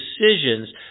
decisions